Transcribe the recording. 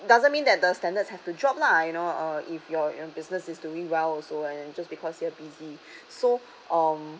doesn't mean that the standards have to drop lah you know uh if your your business is doing well also and just because you are busy so um